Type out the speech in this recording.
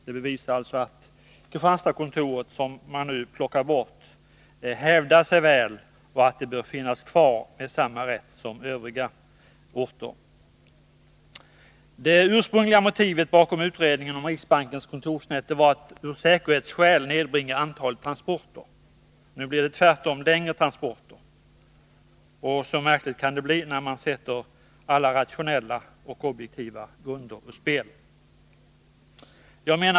Det bevisar alltså att Kristianstadskontoret, som man nu plockar bort, hävdar sig väl och att det bör finnas kvar med samma rätt som övriga orters kontor. Det ursprungliga motivet bakom utredningen om riksbankens kontorsnät var att man av säkerhetsskäl skulle nedbringa antalet transporter, men nu blir det i stället längre transporter. Så märkligt kan det bli när man sätter alla rationella och objektiva grunder ur spel.